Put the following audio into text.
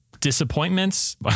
disappointments